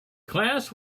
class